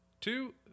Two